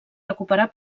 recuperar